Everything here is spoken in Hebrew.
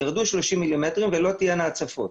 ירדו 30 מילימטרים ולא תהיינה הצפות.